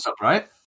right